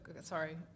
sorry